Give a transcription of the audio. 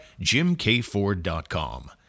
jimkford.com